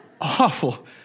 awful